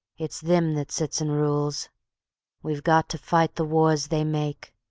it's thim that sits an' rules we've got to fight the wars they make,